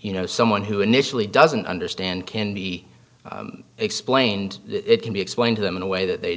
you know someone who initially doesn't understand can be explained it can be explained to them in a way that they